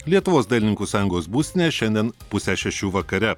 lietuvos dailininkų sąjungos būstinėje šiandien pusę šešių vakare